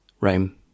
Rome